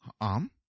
arm